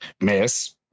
Miss